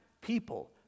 people